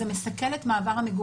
זה מסכל את מעבר המגורים.